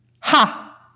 Ha